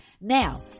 now